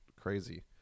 crazy